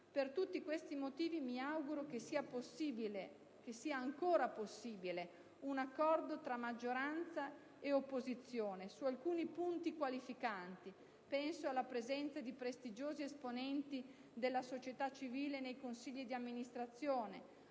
Per tutti questi motivi, mi auguro che sia ancora possibile un accordo tra maggioranza ed opposizione su alcuni punti qualificanti: penso alla presenza di prestigiosi esponenti della società civile nei consigli di amministrazione;